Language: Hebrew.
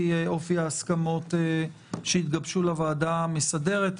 בגלל אופי ההסכמות שהתגבשו לוועדה המסדרת,